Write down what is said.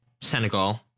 senegal